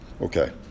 Okay